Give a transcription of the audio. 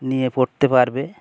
নিয়ে পড়তে পারবে